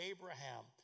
Abraham